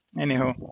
Anyhow